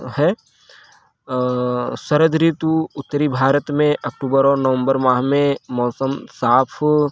है सरद ऋतु उत्तरी भारत में अक्टूबर और नवम्बर माह में मौसम साफ